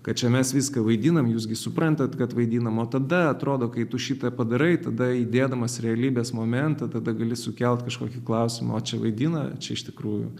kad čia mes viską vaidinam jūs gi suprantat kad vaidinam o tada atrodo kai tu šitą padarai tada įdėdamas realybės momentą tada gali sukelt kažkokį klausimą o čia vaidina ar čia iš tikrųjų